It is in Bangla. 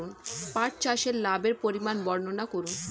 পাঠ চাষের লাভের পরিমান বর্ননা করুন?